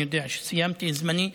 אני יודע שסיימתי את זמני.